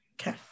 Okay